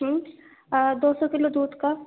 ہوں دو سو کلو دودھ کا